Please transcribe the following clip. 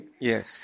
Yes